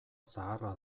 zaharra